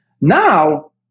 Now